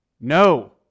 no